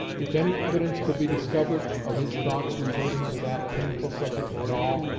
if any evidence could be discovered of his thought's reverting to that painful subject at all,